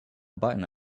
button